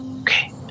Okay